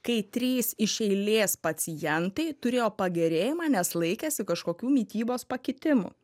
kai trys iš eilės pacientai turėjo pagerėjimą nes laikėsi kažkokių mitybos pakitimų